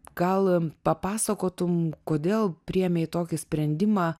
gal papasakotum kodėl priėmei tokį sprendimą